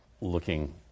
looking